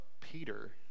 Peter